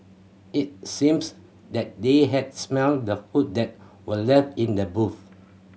it seems that they had smelt the food that were left in the boot